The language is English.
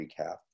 recap